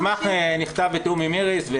המסמך נכתב בתיאום עם איריס,